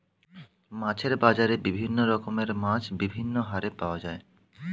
মাছের বাজারে বিভিন্ন রকমের মাছ বিভিন্ন হারে পাওয়া যায়